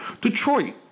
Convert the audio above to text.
Detroit